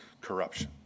corruption